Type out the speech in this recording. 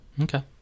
Okay